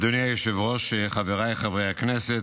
אדוני היושב-ראש, חבריי חברי הכנסת,